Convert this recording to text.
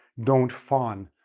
don't fawn.